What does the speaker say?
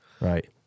Right